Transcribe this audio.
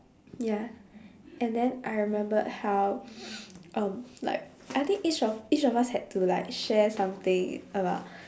ya and then I remembered how um like I think each of each of us had to like share something about